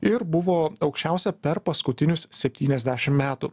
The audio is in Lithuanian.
ir buvo aukščiausia per paskutinius septyniasdešim metų